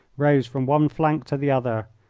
rose from one flank to the other,